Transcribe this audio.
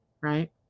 right